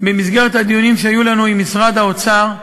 שבמסגרת הדיונים שהיו לנו עם משרד האוצר,